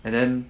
and then